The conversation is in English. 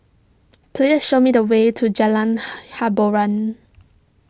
please show me the way to Jalan Hiboran